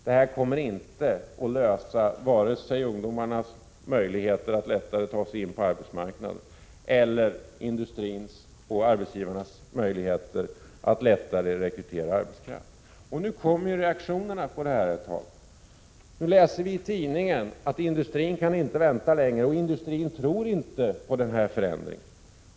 Det kommer inte att lösa vare sig ungdomarnas möjligheter att lättare ta sig in på arbetsmarknaden eller industrins och arbetsgivarnas möjligheter att lättare rekrytera arbetskraft. Och nu kommer reaktionerna. Vi kan läsa i tidningar att industrin inte kan vänta längre. Industrin tror inte på den förändringen.